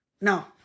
Now